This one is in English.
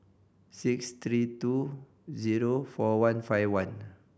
six three two zero four one five one